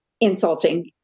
insulting